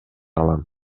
алам